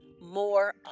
more